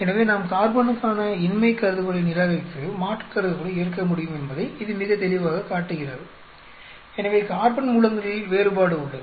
எனவே நாம் கார்பனுக்கான இன்மை கருதுகோளை நிராகரித்து மாற்று கருதுகோளை ஏற்க முடியும் என்பதை இது மிக தெளிவாகக் காட்டுகிறது எனவே கார்பன் மூலங்களில் வேறுபாடு உள்ளது